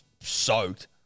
soaked